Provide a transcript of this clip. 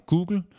Google